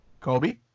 Kobe